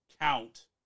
count